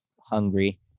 hungry